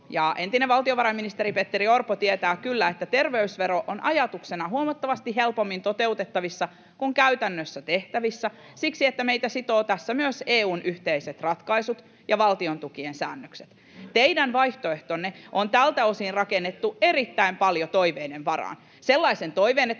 entinen valtiovarainministeri Petteri Orpo tietää kyllä, että terveysvero on ajatuksena huomattavasti helpommin toteutettavissa kuin käytännössä tehtävissä siksi, että meitä sitovat tässä myös EU:n yhteiset ratkaisut ja valtiontukien säännökset. Teidän vaihtoehtonne on tältä osin rakennettu erittäin paljon toiveiden varaan — sellaisen toiveen, että